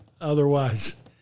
otherwise